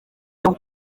byo